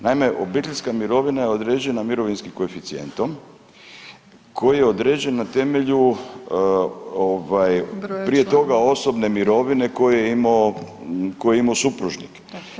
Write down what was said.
Naime, obiteljska mirovina ja određena mirovinskim koeficijentom koji je određen na temelju [[Upadica: Broja članov.]] prije toga osobne mirovine koju je imao supružnik.